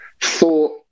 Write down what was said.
thought